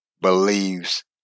believes